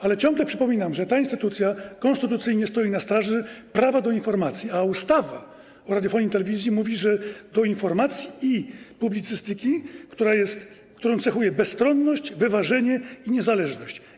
Ale ciągle przypominam, że ta instytucja konstytucyjnie stoi na straży prawa do informacji, a ustawa o radiofonii i telewizji mówi, że chodzi o prawo do informacji i publicystyki, którą cechuje bezstronność, wyważenie i niezależność.